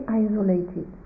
isolated